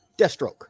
Deathstroke